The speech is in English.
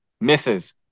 misses